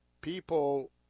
People